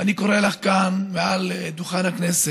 אני קורא לך כאן, מעל דוכן הכנסת,